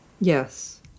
Yes